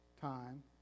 time